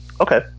Okay